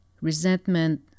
resentment